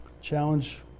Challenge